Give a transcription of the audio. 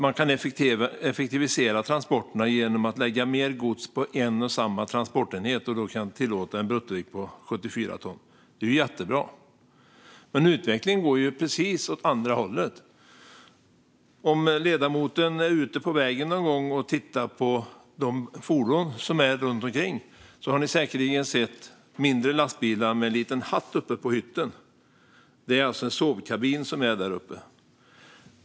Man kan effektivisera transporterna genom att lägga mer gods på en och samma transportenhet, och då kan vi tillåta en bruttovikt på 74 ton. Det är ju jättebra. Men utvecklingen går åt precis det andra hållet. Om ledamoten är ute på vägen och tittar på fordonen runt omkring har hon säkerligen sett mindre lastbilar med en liten hatt uppe på hytten. Det är en sovkabin som är där uppe.